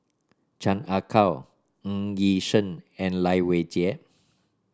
Chan Ah Kow Ng Yi Sheng and Lai Weijie